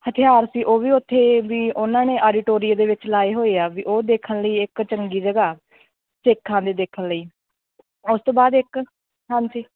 ਹਥਿਆਰ ਸੀ ਉਹ ਵੀ ਉੱਥੇ ਵੀ ਉਹਨਾਂ ਨੇ ਆਰੀਟੋਰੀਏ ਦੇ ਵਿੱਚ ਲਾਏ ਹੋਏ ਆ ਵੀ ਉਹ ਦੇਖਣ ਲਈ ਇੱਕ ਚੰਗੀ ਜਗ੍ਹਾ ਸਿੱਖਾਂ ਦੀ ਦੇਖਣ ਲਈ ਉਸ ਤੋਂ ਬਾਅਦ ਇੱਕ ਹਾਂਜੀ